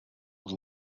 was